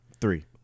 Three